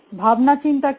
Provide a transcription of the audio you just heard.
ভাবনাচিন্তা কী